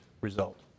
result